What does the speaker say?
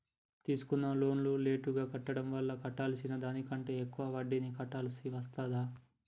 తీసుకున్న లోనును లేటుగా కట్టడం వల్ల కట్టాల్సిన దానికంటే ఎక్కువ వడ్డీని కట్టాల్సి వస్తదా?